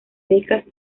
becas